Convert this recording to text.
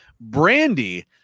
Brandy